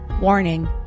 Warning